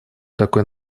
такой